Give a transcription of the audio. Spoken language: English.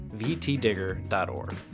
vtdigger.org